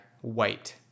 white